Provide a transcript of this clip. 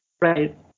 Right